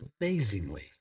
amazingly